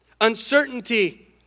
uncertainty